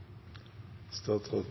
hvor